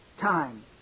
time